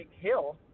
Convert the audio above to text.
Hill